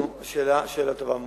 שאלה טובה מאוד,